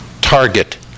Target